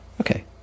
Okay